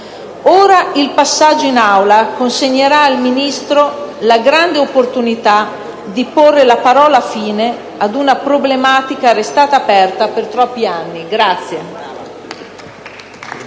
Ora il passaggio in Aula consegnerà al Ministro la grande opportunità di porre la parola fine a una problematica rimasta aperta per troppi anni.